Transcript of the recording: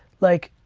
like,